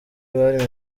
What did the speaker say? bari